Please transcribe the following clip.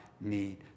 need